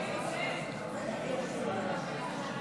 נתקבל.